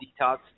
detox